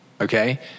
Okay